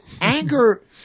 anger